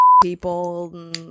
People